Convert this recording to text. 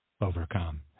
overcome